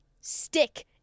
stick